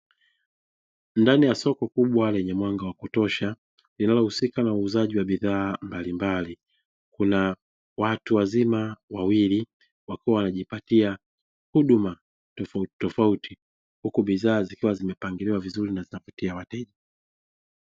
Ndani ya soko kubwa lenye mwanga wa kutosha linalohusika na uuzaji wa bidhaa mbalimbali, kuna watu wazima wawili wakiwa wanajipatia huduma tofautitofauti, huku bidhaa zikiwa zimepangiliwa vizuri na zinavutia wateja.